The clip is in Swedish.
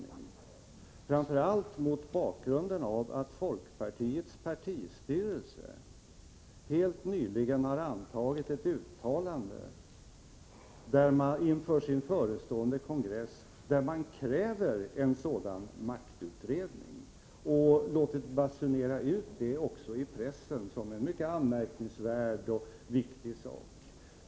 Det är förvånande bl.a. mot bakgrund av att folkpartiets partistyrelse helt nyligen har antagit ett uttalande inför sin förestående kongress, i vilket man kräver en sådan maktutredning. Man har också låtit basunera ut det i pressen som en mycket anmärkningsvärd och viktig händelse.